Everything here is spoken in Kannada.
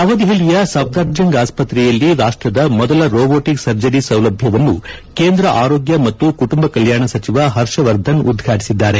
ನವದೆಹಲಿಯ ಸಫ್ವರ್ ಜಂಗ್ ಆಸ್ಪತ್ರೆಯಲ್ಲಿ ರೋಬೋಟಿಕ್ ಸರ್ಜರಿ ಸೌಲಭ್ಲವನ್ನು ಕೇಂದ್ರ ಆರೋಗ್ಗ ಮತ್ತು ಕುಟುಂಬ ಕಲ್ಡಾಣ ಸಚಿವ ಹರ್ಷವರ್ಧನ್ ಉದ್ಘಾಟಿಸಿದ್ದಾರೆ